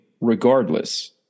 regardless –